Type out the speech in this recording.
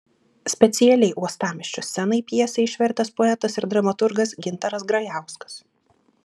specialiai uostamiesčio scenai pjesę išvertė poetas ir dramaturgas gintaras grajauskas